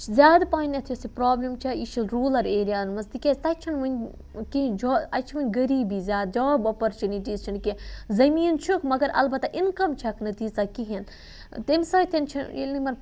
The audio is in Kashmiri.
زیادٕ پَہمتھ یُس یہِ پرٛابلِم چھےٚ یہِ چھِ روٗلَر ایریاہَن منٛز تِکیٛازِ تَتہِ چھِنہٕ وٕنہِ کِہیٖنۍ جا اَتہِ چھِ وٕنہِ غریٖبی زیادٕ جاب اَپورچُنِٹیٖز چھَنہٕ کینٛہہ زٔمیٖن چھُکھ مگر البتہ اِنکَم چھَکھ نہٕ تیٖژاہ کِہیٖنۍ تَمہِ سۭتۍ چھِنہٕ ییٚلہِ نہٕ یِمَن